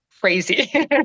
crazy